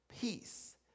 peace